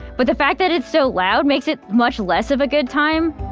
but the fact that it's so loud makes it much less of a good time